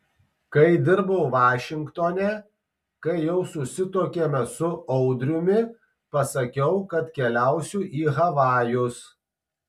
kai dirbau vašingtone kai jau susituokėme su audriumi pasakiau kad keliausiu į havajus